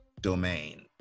domain